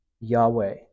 Yahweh